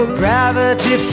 gravity